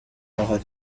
ahari